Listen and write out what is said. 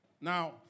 Now